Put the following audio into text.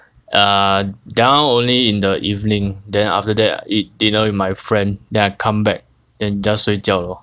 err that [one] only in the evening then after that I eat dinner with my friend then I come back and just 睡觉 lor